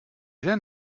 then